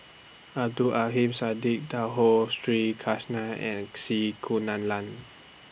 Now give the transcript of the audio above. Abdul Siddique Sri Krishna and C Kunalan